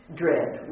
dread